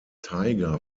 taiga